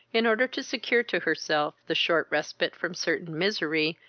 in order to secure to herself the short respite from certain misery,